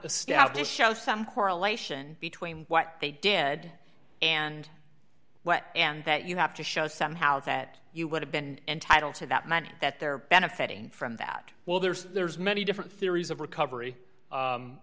to show some correlation between what a dead and what and that you have to show somehow that you would have been entitled to that money that they're benefiting from that well there's there's many different theories of recovery